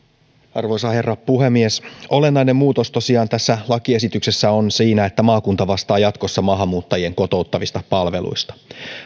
arvoisa herra puhemies olennainen muutos tosiaan tässä lakiesityksessä on siinä että maakunta vastaa jatkossa maahanmuuttajien kotouttavista palveluista